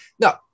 No